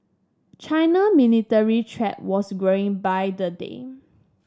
China military threat was growing by the day